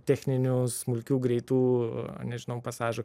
techninių smulkių greitų nežinau pasažų